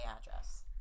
address